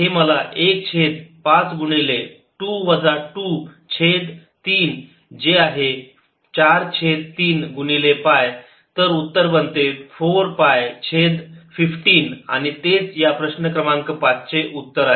हे मला एक छेद 5 गुणिले 2 वजा 2 छेद तीन जे आहे 4 छेद तीन गुणिले पाय तर उत्तर बनते 4 पाय छेद 15 आणि तेच या प्रश्न क्रमांक पाच चे उत्तर आहे